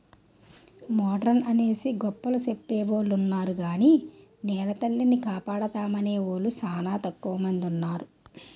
modern అనేసి గొప్పలు సెప్పెవొలున్నారు గాని నెలతల్లిని కాపాడుతామనేవూలు సానా తక్కువ మందున్నారు